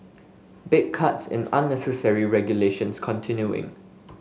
big cuts in unnecessary regulations continuing